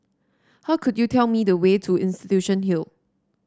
how could you tell me the way to Institution Hill